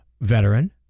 veteran